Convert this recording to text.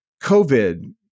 COVID